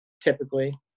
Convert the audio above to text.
typically